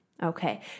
Okay